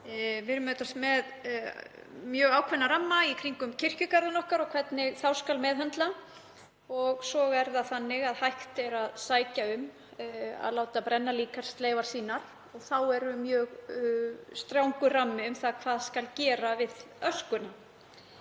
auðvitað með mjög ákveðna ramma í kringum kirkjugarðana okkar og hvernig þá skal meðhöndla og svo er hægt að sækja um að láta brenna líkamsleifar sínar. Þá er mjög strangur rammi um það hvað skal gera við öskuna.